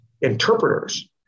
interpreters